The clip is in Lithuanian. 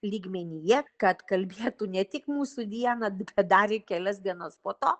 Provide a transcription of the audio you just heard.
lygmenyje kad kalbėtų ne tik mūsų vieną didelę dalį kelias dienas po to